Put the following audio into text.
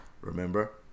Remember